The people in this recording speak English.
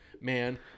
man